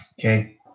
Okay